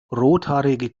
rothaarige